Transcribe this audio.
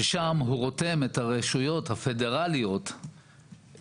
ששם הוא רותם את הרשויות הפדרליות לטובת